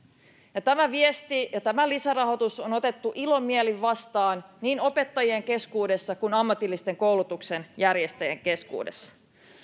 tämä viesti ja tämä lisärahoitus on otettu ilomielin vastaan niin opettajien keskuudessa kuin ammatillisen koulutuksen järjestäjien keskuudessa